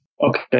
Okay